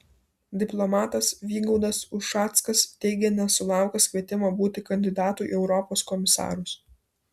diplomatas vygaudas ušackas teigia nesulaukęs kvietimo būti kandidatu į europos komisarus